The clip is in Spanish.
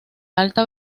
alta